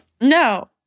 No